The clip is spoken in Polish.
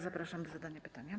Zapraszam do zadania pytania.